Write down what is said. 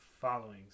followings